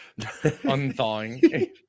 Unthawing